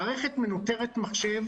מערכת מנוטרת מחשב